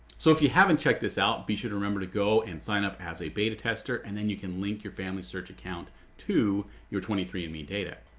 so if you haven't checked this out be sure to remember to go and sign up as a beta tester and then you can link your family search account to your twenty three andme data.